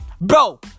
Bro